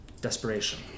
desperation